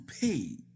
pay